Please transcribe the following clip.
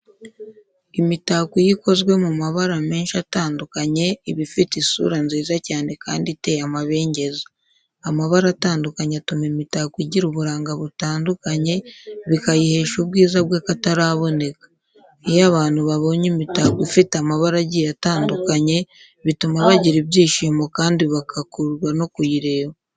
Imitako iyo ikozwe mu mabara menshi atandukanye, iba ifite isura nziza cyane kandi iteye amabengeza. Amabara atandukanye atuma imitako igira uburanga butandukanye, bikayihesha ubwiza bw’akataraboneka. Iyo abantu babonye imitako ifite amabara agiye atandukanye, bituma bagira ibyishimo kandi bagakururwa no kuyireba.